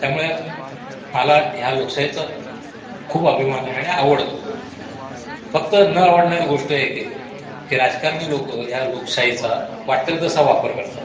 त्यामुळे मला ह्या लोकशाहीचा खूप अभिमान आहे आणि आवडतो फक्त न आवडणारी गोष्ट एक आहे की राजकारणी लोकं ह्या लोकशाहीचा वाट्टेल तसा वापर करतात